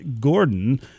gordon